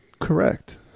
Correct